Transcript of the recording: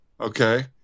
Okay